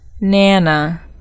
Nana